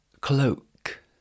cloak